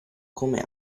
come